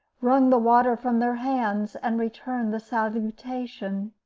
wrung the water from their hands, and returned the salutation.